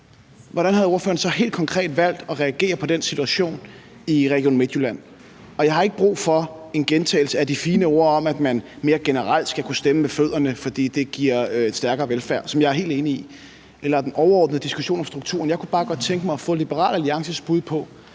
hvordan ordføreren helt konkret havde valgt at reagere på den situation i Region Midtjylland, hvis nu ordføreren havde været sundhedsminister? Jeg har ikke brug for en gentagelse af de fine ord om, at man mere generelt skal kunne stemme med fødderne, fordi det giver stærkere velfærd, hvilket jeg er helt enig i, eller den overordnede diskussion om strukturen. Jeg kunne bare godt tænke mig at få Liberal Alliances bud på,